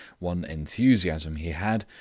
one enthusiasm he had,